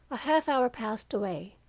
a half hour passed away,